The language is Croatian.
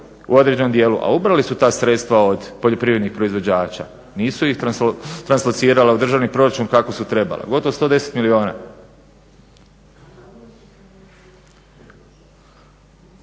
u određenom dijelu, a ubrali su ta sredstva od poljoprivrednih proizvođača. Nisu ih translocirali u državni proračun kako su trebali. Gotovo 110 milijuna.